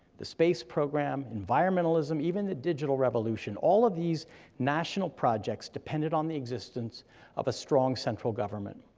the space program, environmentalism, even the digital revolution, all of these national projects depended on the existence of a strong central government,